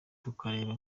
tukareba